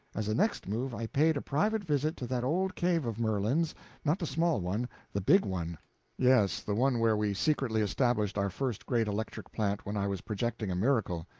as a next move, i paid a private visit to that old cave of merlin's not the small one the big one yes, the one where we secretly established our first great electric plant when i was projecting a miracle.